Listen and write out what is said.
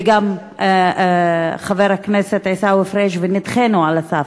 וגם חבר הכנסת עיסאווי פריג', ונדחינו על הסף?